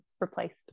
replaced